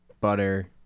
butter